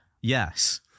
Yes